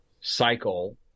cycle